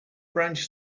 branch